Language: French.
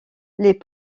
les